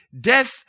death